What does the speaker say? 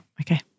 Okay